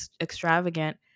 extravagant